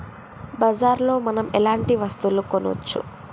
బజార్ లో మనం ఎలాంటి వస్తువులు కొనచ్చు?